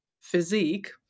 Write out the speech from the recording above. physique